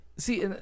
See